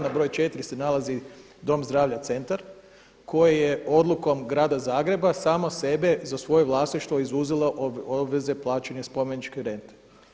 Na broj četiri se nalazi Dom zdravlja Centar koji je odlukom grada Zagreba samo sebe za svoje vlasništvo izuzelo od obveze plaćanja spomeničke rente.